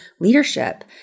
leadership